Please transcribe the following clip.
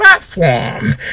platform